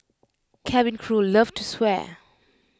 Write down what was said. cabin crew love to swear